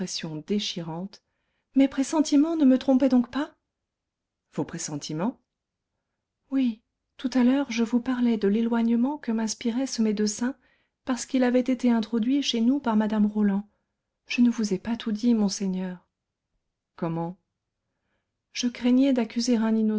déchirante mes pressentiments ne me trompaient donc pas vos pressentiments oui tout à l'heure je vous parlais de l'éloignement que m'inspirait ce médecin parce qu'il avait été introduit chez nous par mme roland je ne vous ai pas tout dit monseigneur comment je craignais d'accuser